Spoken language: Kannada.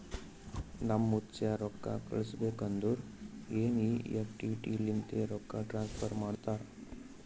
ನಮ್ ಮುತ್ತ್ಯಾ ರೊಕ್ಕಾ ಕಳುಸ್ಬೇಕ್ ಅಂದುರ್ ಎನ್.ಈ.ಎಫ್.ಟಿ ಲಿಂತೆ ರೊಕ್ಕಾ ಟ್ರಾನ್ಸಫರ್ ಮಾಡ್ತಾರ್